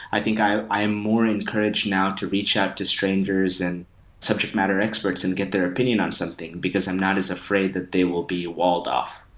i think i'm more encouraged now to reach out to strangers and subject matter experts and get their opinion on something because i'm not as afraid that they will be walled off.